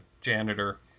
janitor